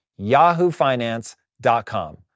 yahoofinance.com